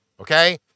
okay